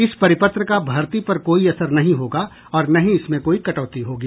इस परिपत्र का भर्ती पर कोई असर नहीं होगा और न ही इसमें कोई कटौती होगी